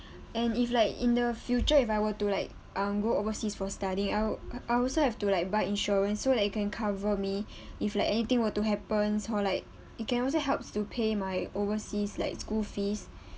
and if like in the future if I were to like um go overseas for studying I I'll also have to like buy insurance so that it can cover me if like anything were to happens or like it can also helps to pay my overseas like school fees